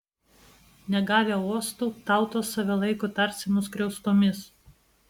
negavę uostų tautos save laiko tarsi nuskriaustomis